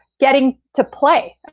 getting to play.